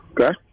Okay